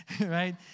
right